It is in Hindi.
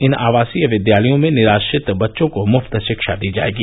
इन आवासीय विद्यालयों में निराश्रित बच्चों को मुफ्त शिक्षा दी जाएगी